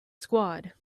squad